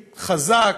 חזק,